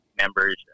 members